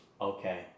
okay